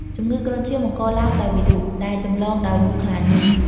ជំងឺគ្រុនឈាមបង្កឡើងដោយវីរុស ដែលចម្លងដោយមូសខ្លាញី។